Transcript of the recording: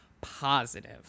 positive